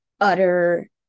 utter